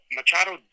Machado